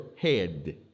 head